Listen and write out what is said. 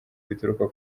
bituruka